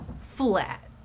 Flat